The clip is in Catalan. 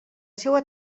seua